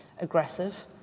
aggressive